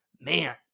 man